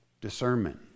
discernment